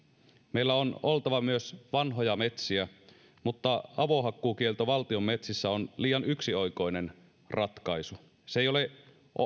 meillä on oltava myös vanhoja metsiä mutta avohakkuukielto valtion metsissä on liian yksioikoinen ratkaisu se ei ole